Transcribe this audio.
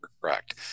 Correct